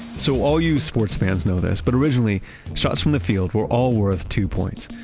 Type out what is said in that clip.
so all you sports fans know this, but originally shots from the field were all worth two points,